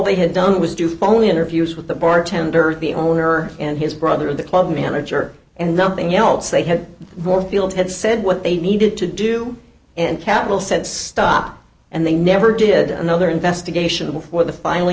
they had done was do phone interviews with the bartender the owner and his brother the club manager and nothing else they had morefield had said what they needed to do and capital said stop and they never did another investigation before the filing